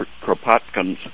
Kropotkin's